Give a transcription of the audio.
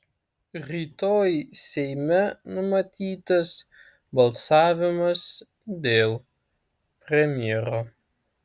rytoj seime numatytas balsavimas dėl premjero